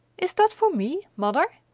is that for me, mother?